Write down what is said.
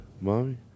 Mommy